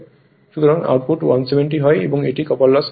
সুতরাং আউটপুট 170 হয় এবং এটি কপার লস হয়